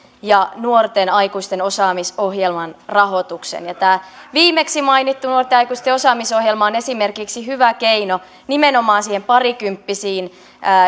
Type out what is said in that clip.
ja nuorten aikuisten osaamisohjelman rahoituksen ja tämä viimeksi mainittu nuorten aikuisten osaamisohjelma on esimerkiksi hyvä keino vaikuttaa nimenomaan niihin parikymppisiin